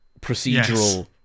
procedural